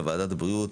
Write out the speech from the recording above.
לוועדת הבריאות,